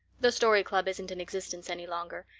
the story club isn't in existence any longer.